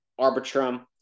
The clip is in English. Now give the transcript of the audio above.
Arbitrum